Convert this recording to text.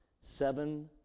seven